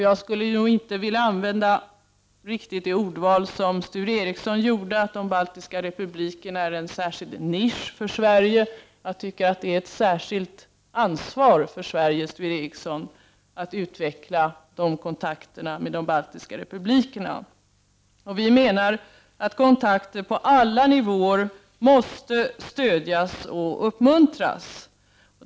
Jag skulle nog inte vilja använda riktigt det ordval som Sture Ericson gjorde, att de baltiska republikerna är en särskild nisch för Sverige. Jag tycker att det är ett särskilt ansvar för Sverige, Sture Ericson, att utveckla kontakterna med de baltiska republikerna. Vi menar att kontakter på alla nivåer måste stödjas och uppmuntras.